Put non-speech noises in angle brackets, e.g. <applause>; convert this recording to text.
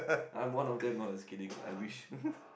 I'm one of them no lah just kidding I wish <laughs>